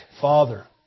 Father